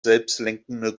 selbstlenkende